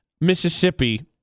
Mississippi